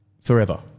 forever